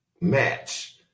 match